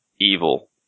evil